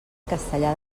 castellar